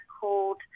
called